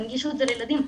תנגישו את זה לילדים.